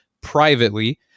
privately